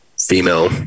female